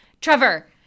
Trevor